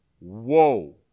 whoa